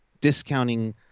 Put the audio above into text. discounting